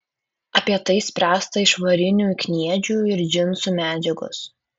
apie tai spręsta iš varinių kniedžių ir džinsų medžiagos